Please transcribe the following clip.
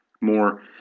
more